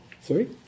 sorry